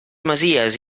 masies